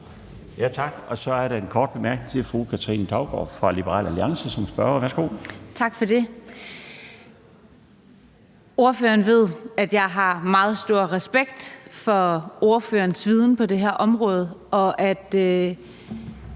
Laustsen): Så er der en kort bemærkning til fru Katrine Daugaard fra Liberal Alliance som spørger. Kl. 11:54 Katrine Daugaard (LA): Tak for det. Ordføreren ved, at jeg har meget stor respekt for ordførerens viden på det her område, og at